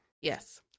Yes